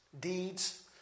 deeds